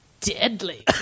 Deadly